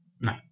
No